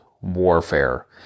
warfare